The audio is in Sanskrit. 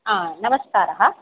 नमस्काराः